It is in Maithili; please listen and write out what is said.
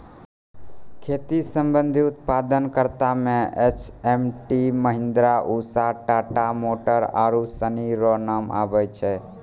खेती संबंधी उप्तादन करता मे एच.एम.टी, महीन्द्रा, उसा, टाटा मोटर आरु सनी रो नाम आबै छै